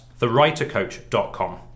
thewritercoach.com